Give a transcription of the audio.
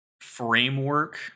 framework